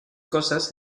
cosas